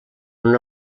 una